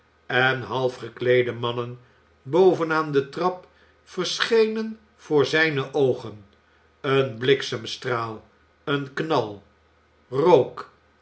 en halfgekleede mannen boven aan de trap verschenen voor zijne oogen een bliksemstraal een knal rook